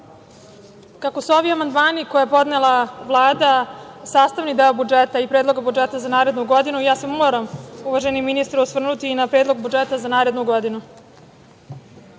su ovi amandmani koje je podnela Vlada sastavni deo budžeta i Predloga budžeta za narednu godinu ja se moram, uvaženi ministre, osvrnuti i na Predlog budžeta za narednu godinu.